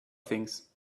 things